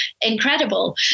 incredible